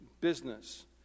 business